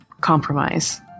compromise